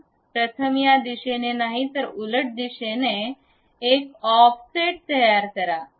प्रथम या दिशेने नाही तर उलट दिशेने एक ऑफसेट तयार करा